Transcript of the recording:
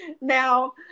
now